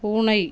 பூனை